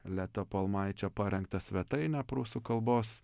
leto palmaičio parengtą svetainę prūsų kalbos